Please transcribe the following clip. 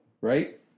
right